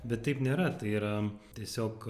bet taip nėra tai yra tiesiog